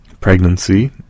pregnancy